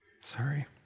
Sorry